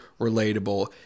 relatable